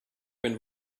been